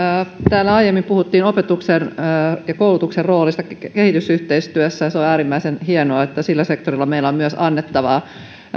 täällä aiemmin puhuttiin opetuksen ja koulutuksen roolista kehitysyhteistyössä ja se on äärimmäisen hienoa että sillä sektorilla meillä on annettavaa